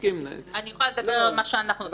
אני יכולה לדבר על מה שאנחנו.